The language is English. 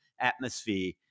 atmosphere